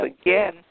again